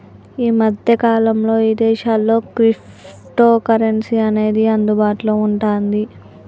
యీ మద్దె కాలంలో ఇదేశాల్లో క్రిప్టోకరెన్సీ అనేది అందుబాటులో వుంటాంది